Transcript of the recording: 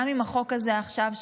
גם עם החוק הזה עכשיו,